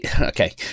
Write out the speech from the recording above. Okay